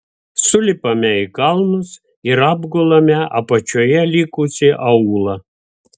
sulipame į kalnus ir apgulame apačioje likusį aūlą